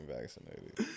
vaccinated